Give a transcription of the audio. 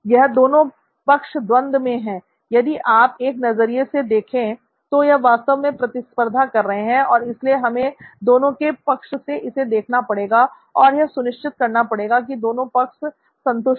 यह दोनों पक्ष द्वंद में हैं यदि आप एक नज़रिए से देखें तो यह वास्तव में प्रतिस्पर्धा कर रहे हैं और इसलिए हमें दोनों के पक्ष से इसे देखना पड़ेगा और यह सुनिश्चित करना पड़ेगा कि दोनों पक्ष संतुष्ट हो